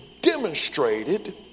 demonstrated